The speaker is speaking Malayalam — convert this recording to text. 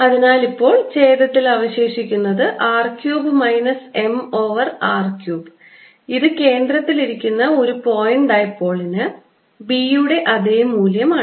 അതിനാൽ ഇപ്പോൾ ഛേദത്തിൽ അവശേഷിക്കുന്നത് r cube minus m over r cube ഇത് കേന്ദ്രത്തിൽ ഇരിക്കുന്ന ഒരു പോയിന്റ് ഡൈപോളിന് B യുടെ അതേ മൂല്യമാണ്